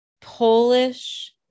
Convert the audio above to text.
Polish